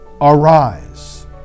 arise